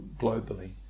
globally